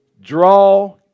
Draw